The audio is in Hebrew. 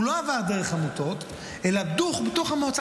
הוא לא עבר דרך עמותות אלא דוך בתוך המועצה.